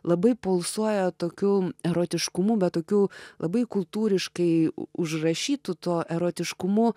labai pulsuoja tokiu erotiškumu bet tokiu labai kultūriškai užrašytu tuo erotiškumu